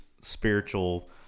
spiritual